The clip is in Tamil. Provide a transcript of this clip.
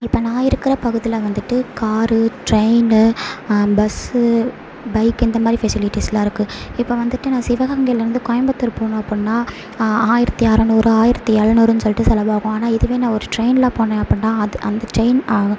இப்போ நான் இருக்கிற பகுதியில வந்துவிட்டு காரு ட்ரெயின்னு பஸ்ஸு பைக் இந்த மாதிரி ஃபெசிலிட்டிஸ்லாம் இருக்கு இப்போ வந்துவிட்டு நான் சிவகங்கையில இருந்து கோயம்புத்தூர் போகணும் அப்புன்னா ஆயிரத்து அறநூறு ஆயிரத்து ஏழ்நூறுன்னு சொல்லிட்டு செலவு ஆகும் ஆனால் இதுவே நான் ஒரு ட்ரெயினில் போனே அப்பிடின்னா அது அந்த ட்ரெயின்